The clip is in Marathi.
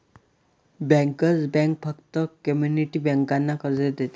बँकर्स बँक फक्त कम्युनिटी बँकांना कर्ज देते